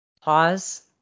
Pause